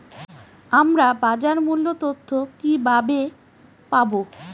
আমরা বাজার মূল্য তথ্য কিবাবে পাবো?